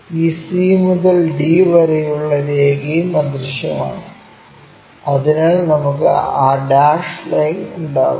ഈ c മുതൽ d വരെ ഉള്ള രേഖയും അദൃശ്യമാണ് അതിനാൽ നമുക്ക് ആ ഡാഷ് ലൈൻ ഉണ്ടാകും